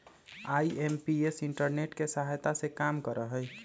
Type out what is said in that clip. IMPS internet के सहायता से काम करा हई